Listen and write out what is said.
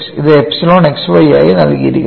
ഇത് epsilon x y ആയി നൽകിയിരിക്കുന്നു